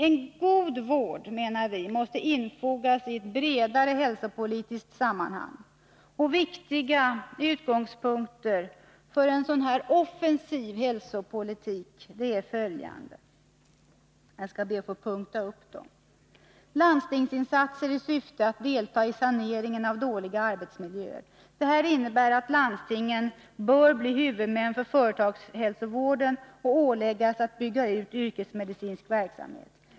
En god vård, menar vi, måste införas i ett bredare hälsopolitiskt sammanhang. Viktiga utgångspunkter för en sådan offensiv hälsopolitik är i punkter följande: — Landstingsinsatser i syfte att delta i saneringen av dåliga arbetsmiljöer. Detta innebär att landstingen bör bli huvudmän för företagshälsovården och åläggas att bygga ut yrkesmedicinsk verksamhet.